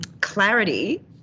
clarity